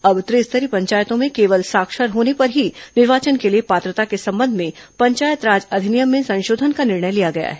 अब त्रिस्तरीय पंचायतों में केवल साक्षर होने पर ही निर्वाचन के लिए पात्रता के संबंध में पंचायत राज अधिनियम में संशोधन का निर्णय लिया गया है